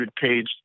page